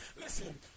listen